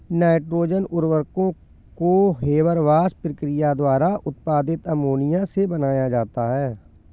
nitrogen उर्वरकों को Haber Bosch प्रक्रिया द्वारा उत्पादित अमोनिया से बनाया जाता है